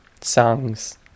songs